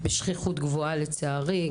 בשכיחות גבוהה לצערי.